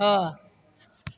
छः